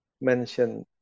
mention